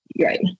right